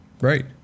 Right